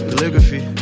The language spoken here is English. Calligraphy